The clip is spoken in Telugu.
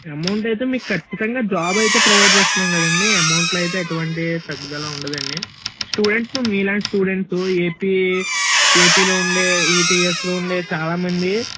అమౌంట్ అయితే మీకు ఖచ్చితంగా జాబ్ అయితే ప్రొవైడ్ చేస్తున్నాము కదా అండి అమౌంట్లో అయితే ఎటువంటి తగ్గుదల ఉండదండి స్టూడెంట్స్ మీలాంటి స్టూడెంట్స్ ఏపీ ఏపీలో ఉండే ఈ టీఎస్లో ఉండే చాలామంది